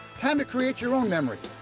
time to create your own memories.